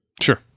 Sure